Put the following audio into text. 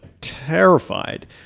terrified